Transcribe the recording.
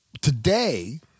Today